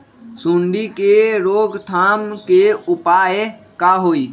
सूंडी के रोक थाम के उपाय का होई?